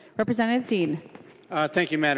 representative dehn thank you mme. and